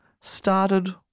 started